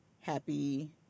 happy